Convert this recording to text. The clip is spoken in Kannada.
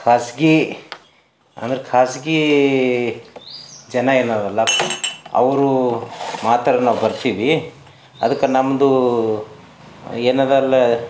ಖಾಸಗಿ ಅಂದ್ರೆ ಖಾಸಗಿ ಜನ ಏನದಲ್ಲ ಅವರು ಮಾತ್ರ ನಾವು ಬರ್ತೀವಿ ಅದಕ್ಕೆ ನಮ್ಮದು ಏನದಲ್ಲ